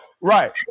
Right